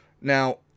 Now